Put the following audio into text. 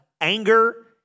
anger